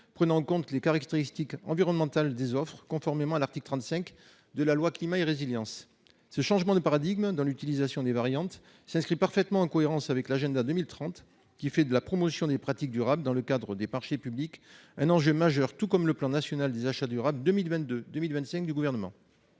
prenant en compte les caractéristiques environnementales des offres, conformément à l'article 35 de la loi Climat et résilience. Ce changement de paradigme dans l'utilisation des variantes s'inscrit parfaitement en cohérence avec l'Agenda 2030, qui fait de la promotion des pratiques durables dans le cadre des marchés publics un enjeu majeur, tout comme avec le plan national pour des achats durables 2022-2025. L'amendement